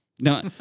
No